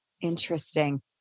Interesting